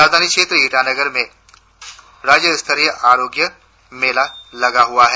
राजधानी क्षेत्र ईटानगर में राज्य स्तरीय आरोग्य मेला लगा हुआ है